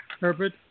Herbert